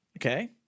okay